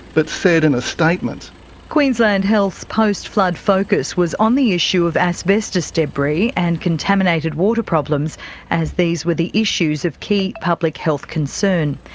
but said in a statement reading queensland health's post-flood focus was on the issue of asbestos debris and contaminated water problems as these were the issues of key public health concern.